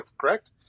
correct